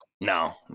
No